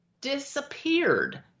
disappeared